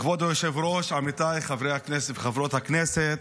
כבוד היושב-ראש, עמיתיי חברי הכנסת וחברות הכנסת,